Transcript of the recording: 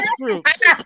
groups